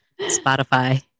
Spotify